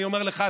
אני אומר לך,